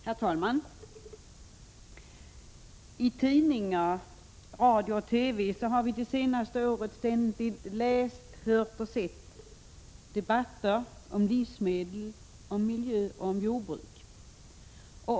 Herr talman! I tidningar, radio och TV har vi det senaste året ständigt läst, hört och sett debatter om livsmedel, om miljö och om jordbruk.